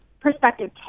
perspective